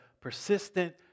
persistent